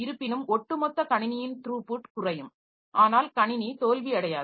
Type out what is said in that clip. இருப்பினும் ஒட்டுமொத்த கணினியின் த்ரூபுட் குறையும் ஆனால் கணினி தோல்வியடையாது